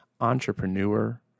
entrepreneur